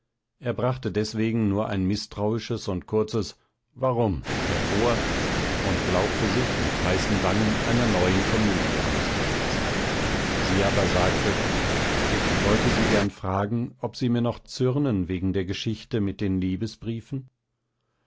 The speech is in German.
er brachte deswegen nur ein mißtrauisches und kurzes warum hervor und glaubte sich mit heißen wangen einer neuen komödie ausgesetzt sie aber sagte ich wollte sie gern fragen ob sie mir noch zürnen wegen der geschichte mit den